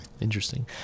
Interesting